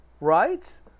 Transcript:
Right